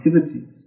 activities